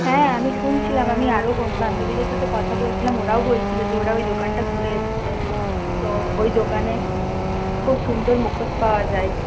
হ্যাঁ আমি শুনছিলাম আমি আরও বন বান্ধবীদের সাথে কথা বলছিলাম ওরাও বলছিল যে ওরা ওই দোকানটা ঘুরে এসেছে তো ওই দোকানে খুব সুন্দর মুখোশ পাওয়া যায়